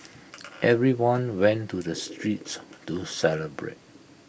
everyone went to the streets to celebrate